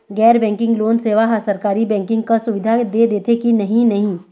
गैर banking loan सेवा हा सरकारी बैंकिंग कस सुविधा दे देथे कि नई नहीं?